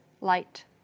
light